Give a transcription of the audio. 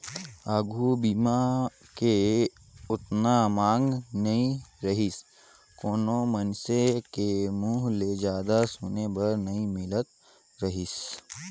आघू बीमा के ओतना मांग नइ रहीसे कोनो मइनसे के मुंहूँ ले जादा सुने बर नई मिलत रहीस हे